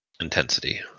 intensity